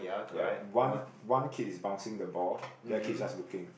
ya one one kid is bouncing the ball the other kid is just looking